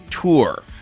tour